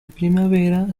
primavera